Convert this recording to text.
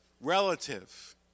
relative